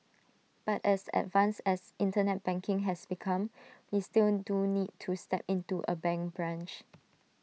but as advanced as Internet banking has become we still do need to step into A bank branch